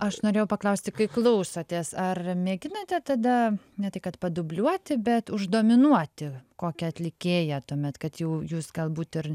aš norėjau paklausti kai klausotės ar mėginate tada ne tai kad padubliuoti bet uždominuoti kokį atlikėją tuomet kad jau jūs galbūt ir